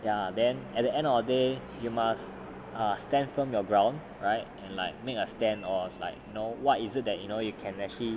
ya then at the end of the day you must stand firm your ground right like make a stand or like you know what is it that you know you can actually